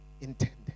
intended